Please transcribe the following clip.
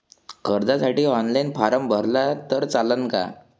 कर्जसाठी online form भरला तर चालन का?